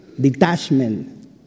detachment